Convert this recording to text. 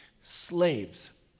Slaves